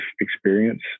experience